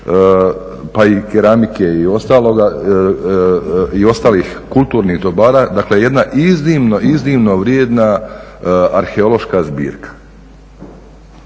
pa i keramike i ostalih kulturnih dobara, dakle jedan iznimno, iznimno vrijedna arheološka zbirka.